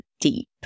deep